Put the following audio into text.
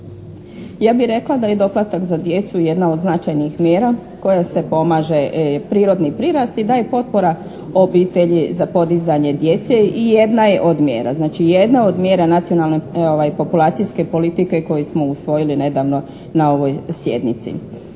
Ja bih rekla da je doplatak za djecu jedna od značajnih mjera kojom se pomaže prirodni prirast i daje potpora obitelji za podizanje djece i jedna je od mjera. Znači, jedna od mjera Nacionalne populacijske politike koju smo usvojili nedavno na ovoj sjednici.